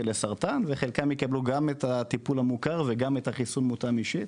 לסרטן וחלקם יקבלו גם את הטיפול המוכר וגם את החיסון המותאם אישית,